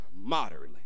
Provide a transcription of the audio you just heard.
moderately